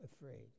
afraid